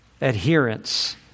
adherence